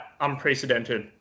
unprecedented